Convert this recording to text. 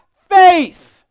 faith